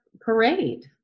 parade